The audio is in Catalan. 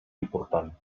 important